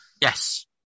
Yes